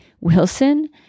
Wilson